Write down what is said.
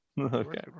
Okay